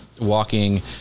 walking